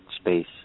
space